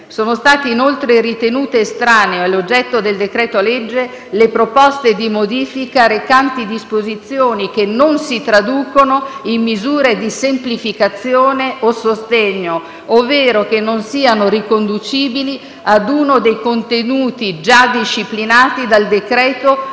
Sono state inoltre ritenute estranee all'oggetto del decreto-legge le proposte di modifica recanti disposizioni che non si traducono in misure di semplificazione o sostegno, ovvero che non siano riconducibili ad uno dei contenuti già disciplinati dal decreto-legge